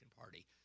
Party